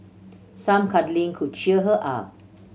some cuddling could cheer her up